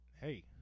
hey